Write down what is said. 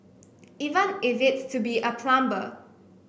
even if it's to be a plumber